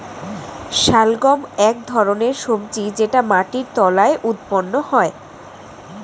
শালগম এক ধরনের সবজি যেটা মাটির তলায় উৎপন্ন হয়